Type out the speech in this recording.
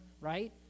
right